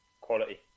Quality